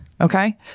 Okay